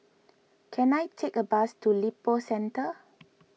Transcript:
can I take a bus to Lippo Centre